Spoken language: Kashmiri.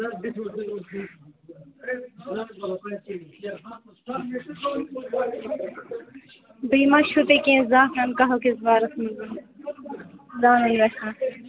بیٚیہِ ما چھُو تۄہہِ کیٚنٛہہ زعفران قٔہوٕ کِس بارَس منٛز زانُن یژھان